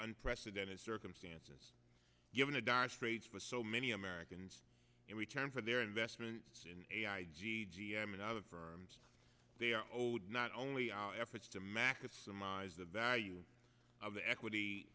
unprecedented circumstances given a dire straits with so many americans in return for their investments in ai g g m and other firms their old not only out efforts to maximize the value of the equity